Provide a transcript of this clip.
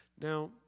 Now